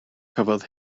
cafodd